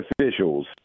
officials